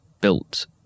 built